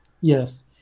Yes